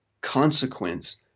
consequence